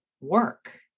work